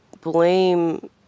blame